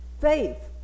Faith